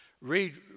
read